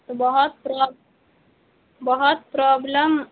تو بہت بہت پروبلم